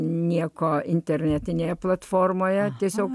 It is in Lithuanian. nieko internetinėje platformoje tiesiog